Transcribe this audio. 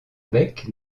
bec